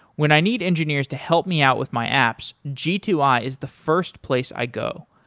when i need engineers to help me out with my apps, g two i is the first place i go,